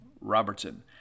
Robertson